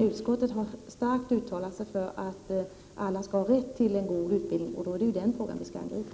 Utskottet har starkt uttalat sig för att alla skall ha rätt till en god utbildning, och då är det den frågan vi skall angripa.